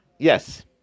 Yes